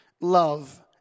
Love